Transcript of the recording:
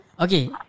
Okay